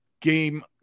Game